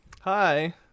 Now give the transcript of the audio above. Hi